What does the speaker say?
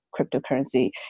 cryptocurrency